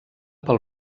pel